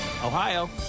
Ohio